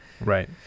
Right